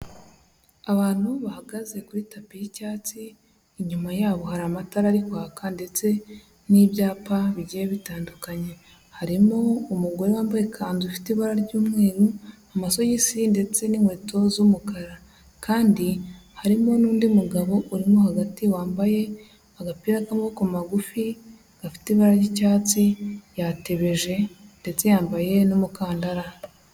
Abantu bahagaze kuri tapi y'icyatsi inyuma yabo hari amatara ari kwaka ndetse n'ibyapa bigiye bitandukanye. Harimo umugore wambaye ikanzu ifite ibara ry'umweru, amasogisi ndetse n'inkweto z'umukara kandi harimo n'undi mugabo urimo hagati wambaye agapira k'amaboko magufi gafite ibara ry'icyatsi, yatebeje ndetse yambaye n'umukandara.